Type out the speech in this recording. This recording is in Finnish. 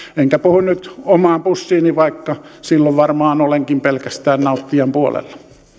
enkä puhu nyt omaan pussiini vaikka silloin varmaan olenkin pelkästään nauttijan puolella